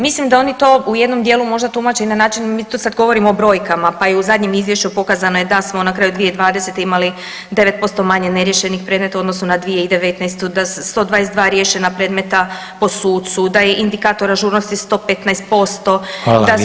Mislim da oni to u jednom dijelu možda tumače i na način, mi tu sad govorimo o brojkama pa je i u zadnjem Izvješću, pokazano je da smo na kraju 2020. ima 9% manje neriješenih predmeta u odnosu na 2019. sa 122 riješena predmeta po sucu, da je indikator ažurnosti 115%, da su